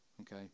Okay